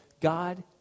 God